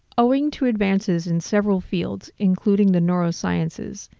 owing to advances in several fields, including the neurosciences,